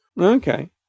Okay